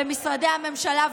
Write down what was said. במשרדי הממשלה,